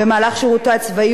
מחרף את נפשו,